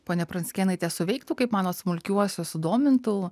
ponia pranckėnaite suveiktų kaip manot smulkiuosius sudomintų